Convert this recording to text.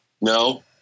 No